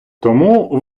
тому